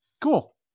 Cool